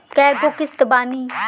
कय गो किस्त बानी?